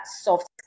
soft